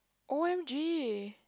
O_M_G